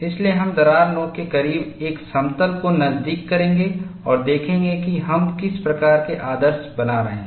इसलिए हम दरार नोक के करीब एक समतल को नज़दीक करेंगे और देखेंगे कि हम किस प्रकार के आदर्श बना रहे हैं